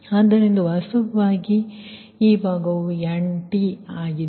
ಆದ್ದರಿಂದ ವಾಸ್ತವವಾಗಿ ಈ ಭಾಗವು Ntಆಗಿದೆ